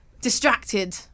distracted